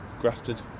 grafted